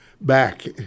Back